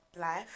Life